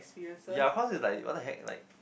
ya cause it's like what the heck like